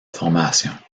formation